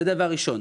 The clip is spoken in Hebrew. זה דבר ראשון.